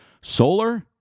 Solar